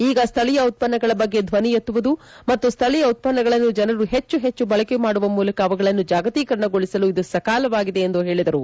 ಈಗ ಸ್ವಳೀಯ ಉತ್ತನ್ನಗಳ ಬಗ್ಗೆ ಧ್ವನಿ ಎತ್ತುವುದು ಮತ್ತು ಸ್ವಳೀಯ ಉತ್ವನ್ನಗಳನ್ನು ಜನರು ಪೆಚ್ಚು ಪೆಚ್ಚು ಬಳಕೆ ಮಾಡುವ ಮೂಲಕ ಅವುಗಳನ್ನು ಜಾಗತೀಕರಣಗೊಳಿಸಲು ಇದು ಸಕಾಲವಾಗಿದೆ ಎಂದು ಹೇಳಿದರು